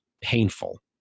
painful